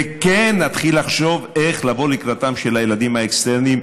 וכן להתחיל לחשוב איך לבוא לקראתם של הילדים האקסטרניים.